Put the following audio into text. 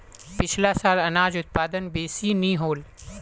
पिछला साल अनाज उत्पादन बेसि नी होल